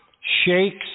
shakes